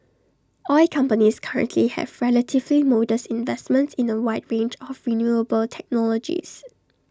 oil companies currently have relatively modest investments in A wide range of renewable technologies